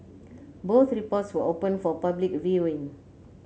both reports were open for public viewing